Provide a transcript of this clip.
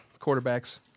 quarterbacks